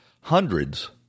hundreds